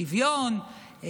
שוויון,